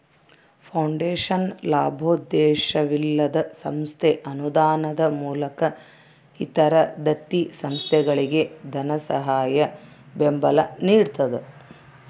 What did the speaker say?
foundation ಲಾಭೋದ್ದೇಶವಿಲ್ಲದ ಸಂಸ್ಥೆ ಅನುದಾನದ ಮೂಲಕ ಇತರ ದತ್ತಿ ಸಂಸ್ಥೆಗಳಿಗೆ ಧನಸಹಾಯ ಬೆಂಬಲ ನಿಡ್ತದ